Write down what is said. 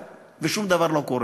ושום דבר לא קורה.